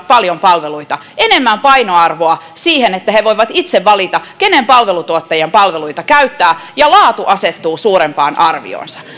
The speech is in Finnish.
paljon palveluita tarvitseville vammaisille enemmän painoarvoa siihen että he voivat itse valita kenen palveluntuottajan palveluita käyttävät ja laatu asettuu suurempaan arvoonsa